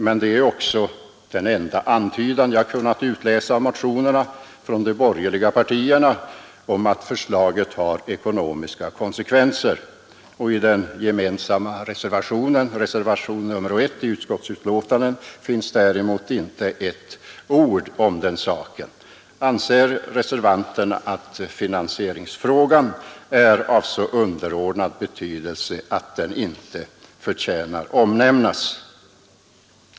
Men det är också den enda antydan jag kunnat utläsa av motionerna från de borgerliga partierna om att förslaget har ekonomiska konsekvenser. I den gemensamma reservationen I i utskottsbetänkandet finns däremot inte ett ord om den saken. Anser reservanterna att finansieringsfrågan har så underordnad betydelse att den inte förtjänar att omnämnas?